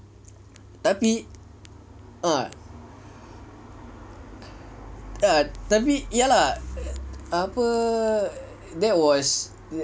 tapi ah ah tapi ya lah apa that was